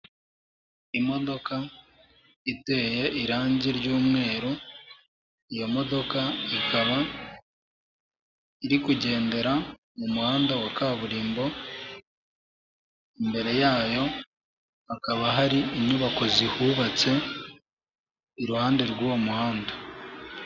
Imodoka iteye irangi ry'umweru, iyo modoka ikaba iri kugendera mu muhanda wa kaburimbo, imbere yayo hakaba hari inyubako zihubatse iruhande rw'uwo muhanda.